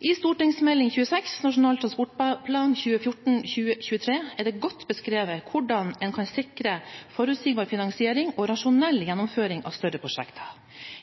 I Meld. St. 26 for 2012–2013, Nasjonal transportplan 2014–2023, er det godt beskrevet hvordan en kan sikre forutsigbar finansiering og rasjonell gjennomføring av større prosjekter.